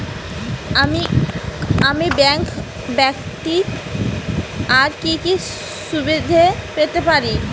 আমি ব্যাংক ব্যথিত আর কি কি সুবিধে পেতে পারি?